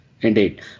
Indeed